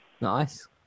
Nice